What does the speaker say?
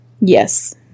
Yes